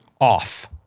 off